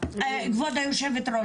כבוד היו"ר,